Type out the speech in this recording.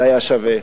זה היה שווה.